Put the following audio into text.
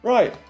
Right